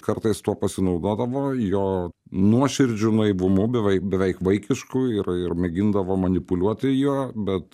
kartais tuo pasinaudodavo jo nuoširdžiu naivumu beveik beveik vaikišku ir ir mėgindavo manipuliuoti juo bet